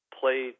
play